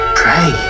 pray